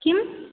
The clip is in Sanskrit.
किम्